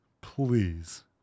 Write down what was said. please